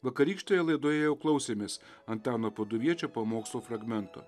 vakarykštėje laidoje jau klausėmės antano paduviečio pamokslo fragmento